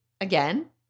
again